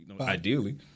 ideally